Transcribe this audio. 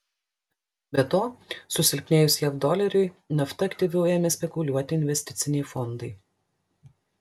be to susilpnėjus jav doleriui nafta aktyviau ėmė spekuliuoti investiciniai fondai